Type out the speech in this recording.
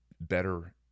better